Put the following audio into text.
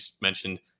mentioned